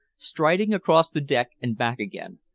striding across the deck and back again,